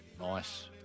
Nice